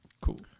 Cool